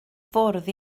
fwrdd